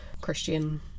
Christian